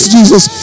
Jesus